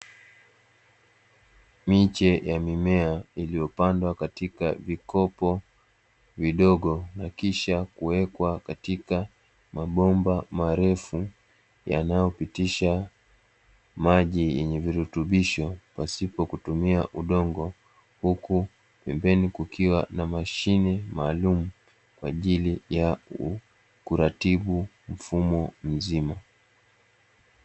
Miche ya mimea iliyopandwa katika vikopo vidogo na kisha kuwekwa katika mabomba marefu, yanayopitisha maji yenye virutubisho, pasipo kutumia udongo, huku pembeni kukiwa na mashine maalumu kwa ajili ya kuratibu mfumo mzima.